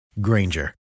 Granger